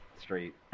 straight